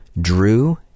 Drew